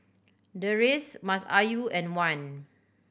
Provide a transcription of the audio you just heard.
Deris Masayu and Wan